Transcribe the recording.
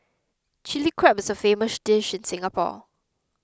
Chilli Crab is a famous dish in Singapore